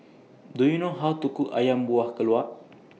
Do YOU know How to Cook Ayam Buah Keluak